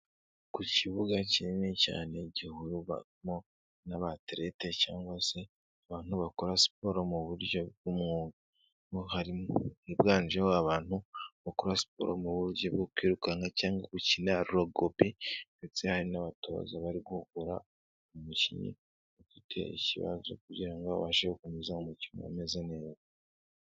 Ku kibuga kinini cyane gihurirwamo n'aba aterete cyangwa se abantu bakora siporo mu buryo bw'umwuga harimo abiganjemo abantu bakora siporo mu buryo bwo kwirukanka cyangwa gukina rugubi ndetse hari n'abatoza bari kuvura umukinnyi ufite ikibazo kugirango babashe gukomeza umukino umeze neza.